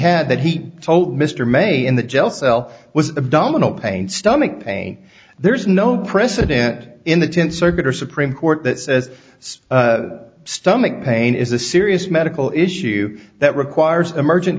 had that he told mr may in the jail cell was abdominal pain stomach pain there is no president in the tenth circuit or supreme court that says its stomach pain is a serious medical issue that requires emergen